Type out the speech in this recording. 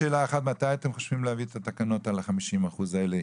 מתי אתם חושבים להביא את התקנות על ה-50% האלה,